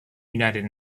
united